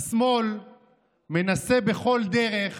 השמאל מנסה בכל דרך